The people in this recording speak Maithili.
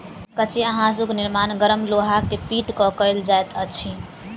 कचिया हाँसूक निर्माण गरम लोहा के पीट क कयल जाइत अछि